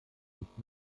nicht